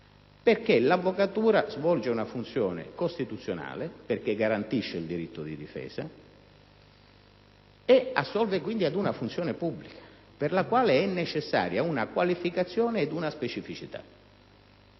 sia. L'avvocatura, infatti, svolge una funzione costituzionale: garantisce il diritto di difesa ed assolve, quindi, ad una funzione pubblica per la quale sono necessarie una qualificazione ed una specificità.